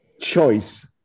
choice